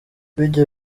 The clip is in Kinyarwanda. bijya